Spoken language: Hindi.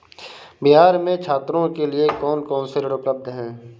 बिहार में छात्रों के लिए कौन कौन से ऋण उपलब्ध हैं?